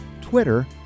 Twitter